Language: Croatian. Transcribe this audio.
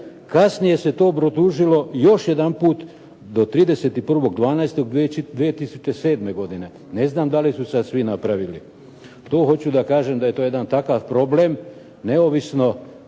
Kasnije se to produžilo još jedanput do 31. 12. 2007. godine. Ne znam da li su to svi napravili. To hoću da kažem da je to jedan takav problem neovisno